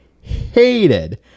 hated